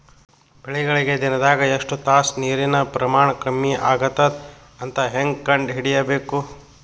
ಬೆಳಿಗಳಿಗೆ ದಿನದಾಗ ಎಷ್ಟು ತಾಸ ನೀರಿನ ಪ್ರಮಾಣ ಕಮ್ಮಿ ಆಗತದ ಅಂತ ಹೇಂಗ ಕಂಡ ಹಿಡಿಯಬೇಕು?